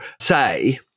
say